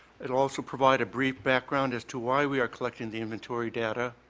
it also provide a brief background as to why we are collecting the inventory data.